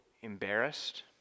embarrassed